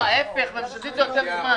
אני לא צריך את הסכמת הוועדה.